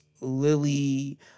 Lily